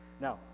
Now